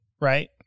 right